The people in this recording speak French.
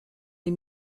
les